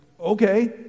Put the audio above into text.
okay